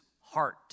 heart